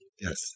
Yes